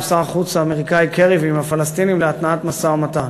שר החוץ האמריקני קרי ועם הפלסטינים להתנעת משא-ומתן,